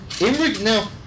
now